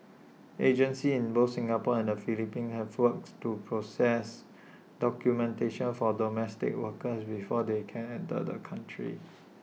agencies in both Singapore and the Philippines have forwards to process documentation for domestic workers before they can enter the country